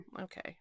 Okay